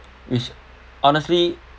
which honestly